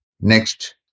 Next